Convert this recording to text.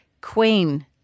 Queen